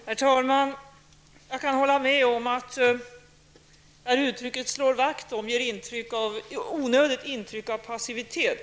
Herr talman! Jag kan hålla med om att uttrycket ''slå vakt om'' ger ett onödigt intryck av passivitet.